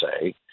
say